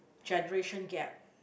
generation gap